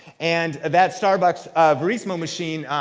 and that starbucks verismo machine,